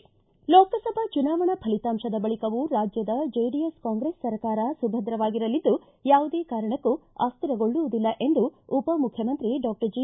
ಲೋಕಸಭಾ ಚುನಾವಣಾ ಫಲಿತಾಂಶದ ಬಳಿಕವೂ ರಾಜ್ಯದ ಜೆಡಿಎಸ್ ಕಾಂಗ್ರೆಸ್ ಸರ್ಕಾರ ಸುಭದ್ರವಾಗಿರಲಿದ್ದು ಯಾವುದೇ ಕಾರಣಕ್ಕೂ ಅಸ್ಟಿರಗೊಳ್ಳುವುದಿಲ್ಲ ಎಂದು ಉಪಮುಖ್ಯಮಂತ್ರಿ ಡಾಕ್ಟರ್ ಜಿ